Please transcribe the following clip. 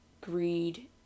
greed